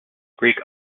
greek